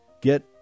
Get